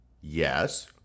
Yes